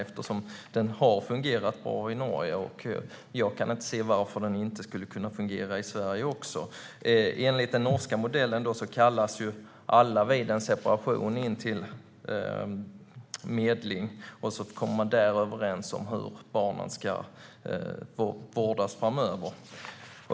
Den har nämligen fungerat bra i Norge, och jag kan inte se varför den inte skulle kunna fungera även i Sverige. Enligt den norska modellen kallas alla vid en separation in till medling, och där kommer man överens om hur barnen ska vårdas framöver.